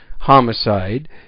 homicide